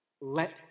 let